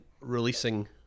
releasing